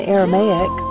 Aramaic